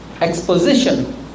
exposition